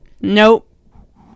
Nope